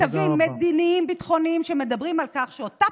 כתבים מדיניים ביטחוניים שמדברים על כך שאותה